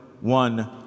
one